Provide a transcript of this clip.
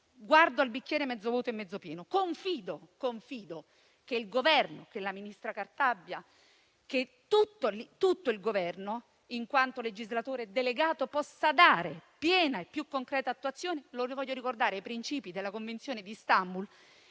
Guardo al bicchiere mezzo vuoto e mezzo pieno e confido che la ministra Cartabia e tutto il Governo, in quanto legislatore delegato, possano dare piena e più concreta attuazione ai principi della Convenzione di Istanbul,